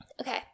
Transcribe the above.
Okay